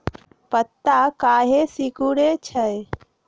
पत्ता काहे सिकुड़े छई?